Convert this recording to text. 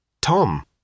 Tom